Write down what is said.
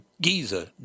Giza